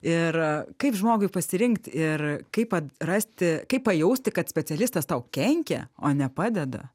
ir a kaip žmogui pasirinkt ir kaip at rasti kaip pajausti kad specialistas tau kenkia o ne padeda